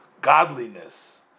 godliness